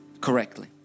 correctly